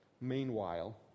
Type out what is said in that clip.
meanwhile